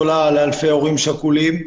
לאלפי הורים שכולים.